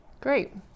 Great